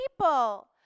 people